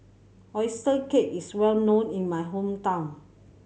oyster cake is well known in my hometown